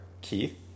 Keith